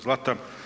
Zlata.